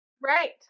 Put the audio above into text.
Right